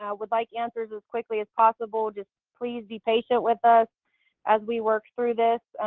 ah would like answers as quickly as possible. just please be patient with us as we work through this.